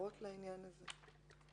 הערות לעניין הזה?